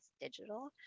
digital